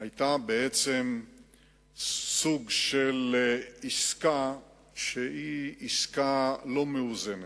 היה סוג של עסקה שהיא עסקה לא מאוזנת.